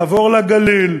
לעבור לגליל,